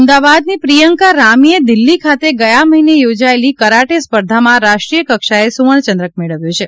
અમદાવાદની પ્રિયંકા રામીએ દિલ્હી ખાતે ગયા મહિને યોજાયેલી કરાટે સ્પર્ધામાં રાષ્ટ્રીય કક્ષાએ સુવર્ણ ચંદ્રક મેળવ્યો છે